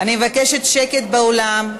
אני מבקשת שקט באולם.